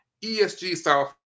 ESG-style